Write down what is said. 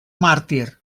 màrtir